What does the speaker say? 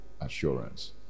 assurance